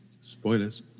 Spoilers